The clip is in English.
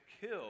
kill